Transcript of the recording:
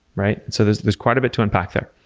right? so, there's there's quite a bit to unpack there.